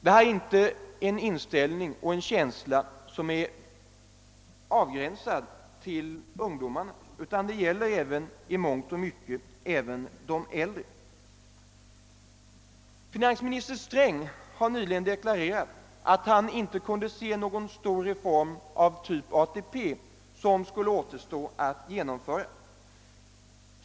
Detta är inte en inställning och en känsla som är avgränsad till ungdomarna, utan det gäller i mångt och mycket även de äldre. Finansminister Sträng har nyligen deklarerat att han inte kunde se någon stor reform av typ ATP som skulle återstå att genomföra.